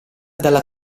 dalla